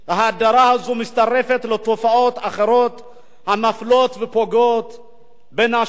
ההדרה הזאת מצטרפת לתופעות אחרות המפלות ופוגעות בנשים,